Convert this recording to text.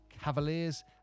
Cavaliers